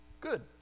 Good